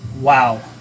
wow